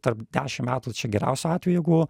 tarp dešim metų čia geriausiu atveju jeigu